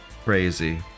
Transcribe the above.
crazy